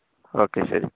okay ശരി